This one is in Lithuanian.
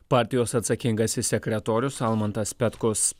partijos atsakingasis sekretorius almantas petkus